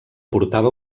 portava